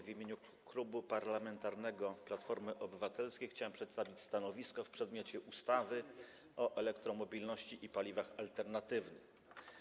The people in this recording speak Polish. W imieniu Klubu Parlamentarnego Platforma Obywatelska chciałem przedstawić stanowisko w przedmiocie ustawy o elektromobilności i paliwach alternatywnych.